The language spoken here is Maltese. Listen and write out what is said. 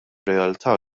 realtà